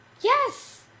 Yes